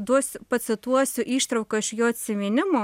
duos pacituosiu ištrauką iš jo atsiminimų